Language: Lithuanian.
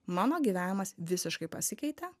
mano gyvenimas visiškai pasikeitė